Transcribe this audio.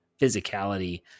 physicality